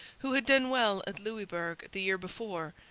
who had done well at louisbourg the year before,